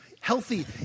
healthy